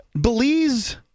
Belize